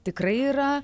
tikrai yra